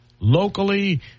locally